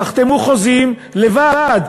תחתמו על חוזים לבד.